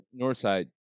Northside